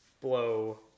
blow